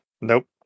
Nope